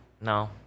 no